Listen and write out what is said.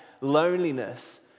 loneliness